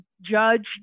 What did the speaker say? judge